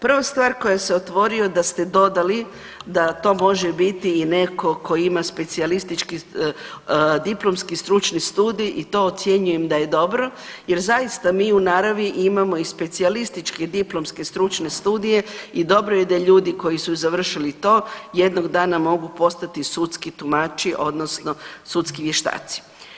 Prva stvar koja se otvorio da ste dodali da to može biti i neko ko ima specijalistički diplomski stručni studij i to ocjenjujem da je dobro jer zaista mi u naravi imamo i specijalističke diplomske stručne studije i dobro je da ljudi koji su završili to jednog dana mogu postati sudski tumači odnosno sudski vještaci.